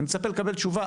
אני מצפה לקבל תשובה.